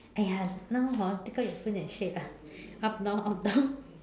!aiya! now hor take out your phone and shake lah up down up down